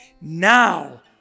now